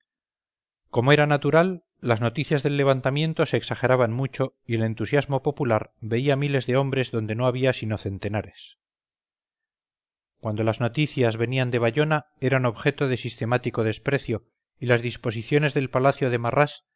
como era natural las noticias del levantamiento se exageraban mucho y el entusiasmo popular veía miles de hombres donde no había sino centenares cuando las noticias venían de bayona eran objeto de sistemático desprecio y las disposiciones del palacio de marrás